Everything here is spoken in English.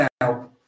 now